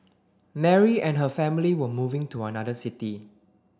Mary and her family were moving to another city